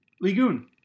Lagoon